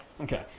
Okay